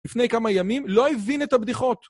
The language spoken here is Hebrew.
לפני כמה ימים, לא הבין את הבדיחות.